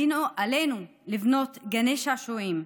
עלינו לבנות גני שעשועים,